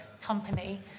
company